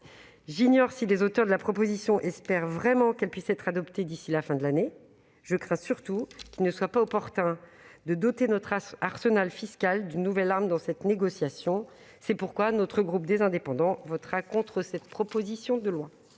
J'ignore si les auteurs de ce texte espèrent vraiment qu'il puisse être adopté d'ici la fin de l'année. Je crains surtout qu'il ne soit pas opportun de doter notre arsenal fiscal d'une nouvelle arme dans cette négociation. Le groupe Les Indépendants votera donc contre cette proposition de loi.